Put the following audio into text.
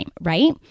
right